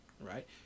right